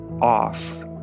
off